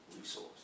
resource